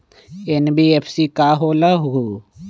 NBFC का होलहु?